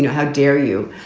how dare you.